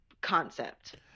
concept